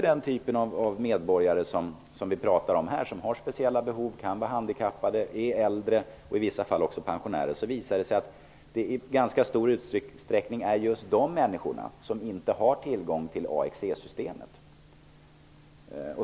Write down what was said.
Den typ av medborgare som vi pratar om och som har speciella behov -- handikappade, äldre, pensionärer -- är, har det visat sig, i stor utsträckning just de som inte har tillgång till AXE systemet.